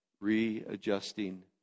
readjusting